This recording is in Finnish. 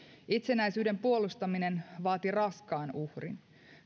itsenäisyyden puolustaminen vaati raskaan uhrin